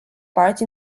part